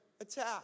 attack